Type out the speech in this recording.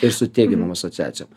ir su teigiamom asociacijom